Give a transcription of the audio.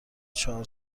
چهار